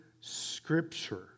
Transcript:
Scripture